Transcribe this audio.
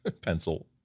pencil